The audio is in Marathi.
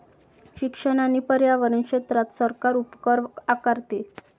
शिक्षण आणि पर्यावरण क्षेत्रात सरकार उपकर आकारते